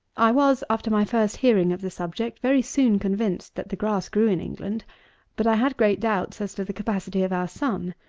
i was, after my first hearing of the subject, very soon convinced that the grass grew in england but i had great doubts as to the capacity of our sun.